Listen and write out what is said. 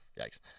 Yikes